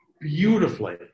beautifully